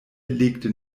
legte